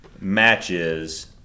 matches